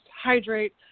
hydrate